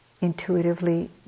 intuitively